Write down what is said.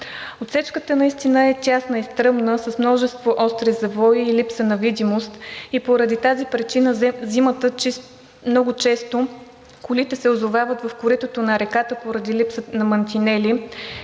Отсечката наистина е тясна и стръмна, с множество остри завои и липса на видимост. През зимата много често колите се озовават в коритото на реката поради липсата на мантинели.